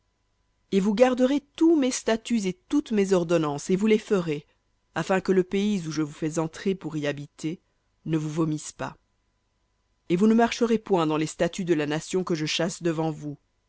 et vous garderez tous mes statuts et toutes mes ordonnances et vous les ferez afin que le pays où je vous fais entrer pour y habiter ne vous vomisse pas et vous ne marcherez point dans les statuts de la nation que je chasse devant vous